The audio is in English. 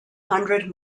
hundred